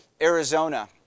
Arizona